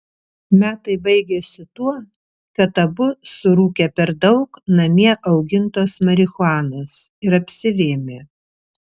metai baigėsi tuo kad abu surūkė per daug namie augintos marihuanos ir apsivėmė